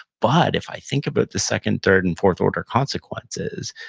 but, if i think about the second, third and fourth order consequences,